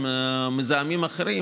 עם מזהמים אחרים,